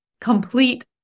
complete